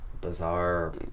bizarre